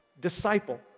disciple